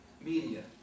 media